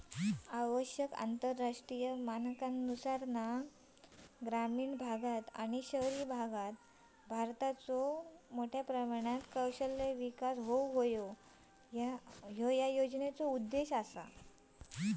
आवश्यक आंतरराष्ट्रीय मानकांनुसार ग्रामीण आणि शहरी भारताचो कौशल्य विकास ह्यो या योजनेचो उद्देश असा